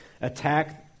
attack